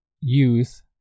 youth